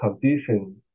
condition